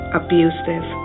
abusive